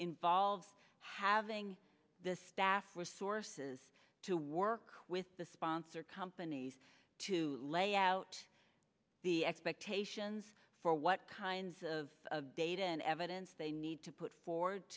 involves having the staff were sources to work with the sponsor companies to lay out the expectations for what kinds of data and evidence they need to put forward